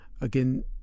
again